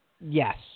Yes